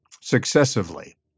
successively